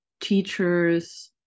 teachers